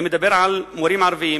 ואני מדבר על המורים הערבים,